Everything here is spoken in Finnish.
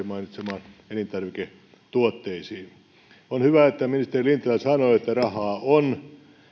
mainitsemiin elintarviketuotteisiin on hyvä että ministeri lintilä sanoi että rahaa on